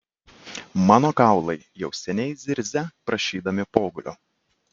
mano kaulai jau seniai zirzia prašydami pogulio